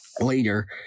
later